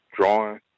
drawing